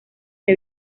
que